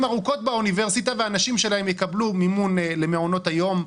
רבות באוניברסיטה והנשים שלהן תקבלנה מימון למעונות היום,